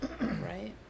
Right